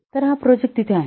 तर हा प्रोजेक्ट तिथे आहे